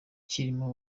kirimo